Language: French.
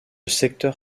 secteur